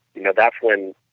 you know, that's when,